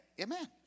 Amen